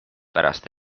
pärast